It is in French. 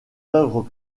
œuvres